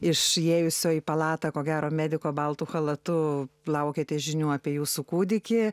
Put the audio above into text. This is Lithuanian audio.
išėjusio į palatą ko gero mediko baltu chalatu laukiate žinių apie jūsų kūdikį